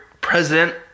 president